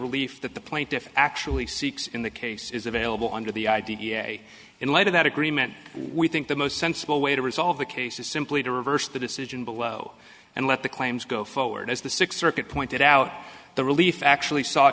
relief that the plaintiff actually seeks in the case is available under the idea in light of that agreement we think the most sensible way to resolve the case is simply to reverse the decision below and let the claims go forward as the sixth circuit pointed out the relief actually s